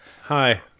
Hi